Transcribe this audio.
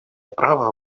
права